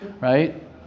Right